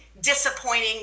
disappointing